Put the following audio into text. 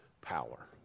power